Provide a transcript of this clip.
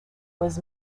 was